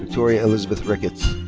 victoria elizabeth ricketts.